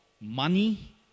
money